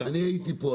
אני הייתי פה,